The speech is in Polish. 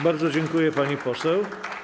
Bardzo dziękuję, pani poseł.